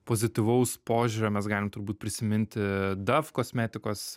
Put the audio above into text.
pozityvaus požiūrio mes galim turbūt prisiminti daf kosmetikos